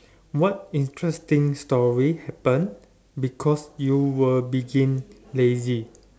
what interesting story happened because you were being lazy